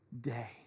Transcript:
day